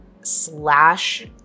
slash